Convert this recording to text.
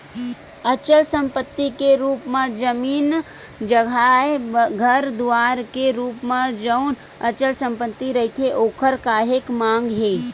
अचल संपत्ति के रुप म जमीन जघाए घर दुवार के रुप म जउन अचल संपत्ति रहिथे ओखर काहेक मांग हे